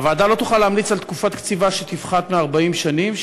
הוועדה לא תוכל להמליץ על תקופת קציבה שתפחת מ-40 שנים,